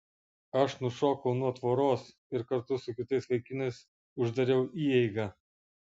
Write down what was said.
aš nušokau nuo tvoros ir kartu su kitais vaikinais uždariau įeigą